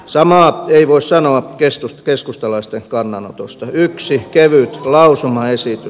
samaa ei voi sanoa keskustalaisten kannanotosta yksi kevyt lausumaesitys